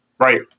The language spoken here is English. Right